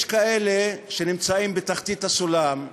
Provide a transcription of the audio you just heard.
יש כאלה שנמצאים בתחתית הסולם,